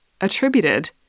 attributed